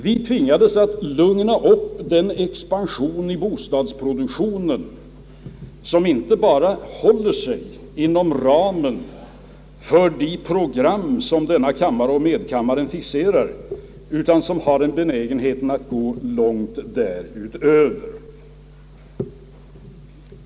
Vi tvingades att lugna upp den expansion i bostadsproduktionen, som inte bara håller sig inom ramen för det program som denna kammare och medkammaren fixerar utan som har den benägenheten att gå långt därutöver.